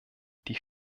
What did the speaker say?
die